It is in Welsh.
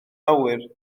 awyr